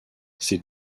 ces